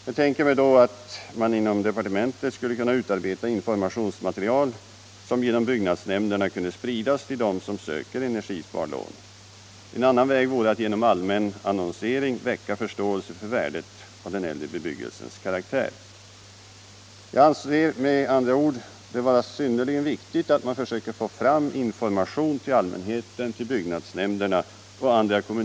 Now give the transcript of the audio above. Jag tänker mig då att departementet skulle utarbeta informationsmaterial som genom byggnadsnämnderna kunde spridas till dem som söker energisparlån. En annan väg vore att genom allmän an Jag anser det med andra ord vara synnerligen viktigt att man försöker Tisdagen den få fram information till allmänheten, till byggnadsnämnderna och till 10 februari 1976 andra kommunala instanser om de här frågorna. Jag hoppas att bostadsmi nistern vill medverka till detta. Om utvecklingen i Spanien efter Herr bostadsministern CARLSSON: general Francos Herr talman! Jag delar i princip herr Anderssons i Lycksele uppfattning död på den här punkten.